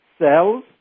cells